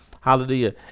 Hallelujah